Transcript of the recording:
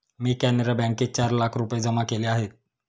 मी कॅनरा बँकेत चार लाख रुपये जमा केले आहेत